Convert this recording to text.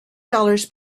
dollars